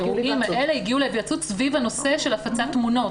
האירועים האלה הגיעו להיוועצות סביב הנושא של הפצת תמונות.